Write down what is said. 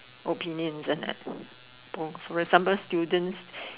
opinions uh both sometimes students